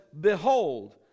Behold